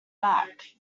back